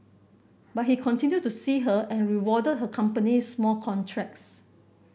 but he continued to see her and rewarded her companies more contracts